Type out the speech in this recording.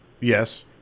Yes